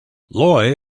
loy